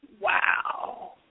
Wow